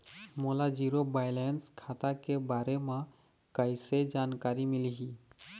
मोला zero balance खाता के बारे म कैसे जानकारी मिलही?